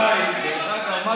דרך אגב,